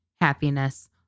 happiness